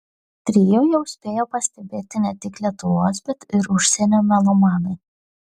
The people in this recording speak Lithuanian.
trio jau spėjo pastebėti ne tik lietuvos bet ir užsienio melomanai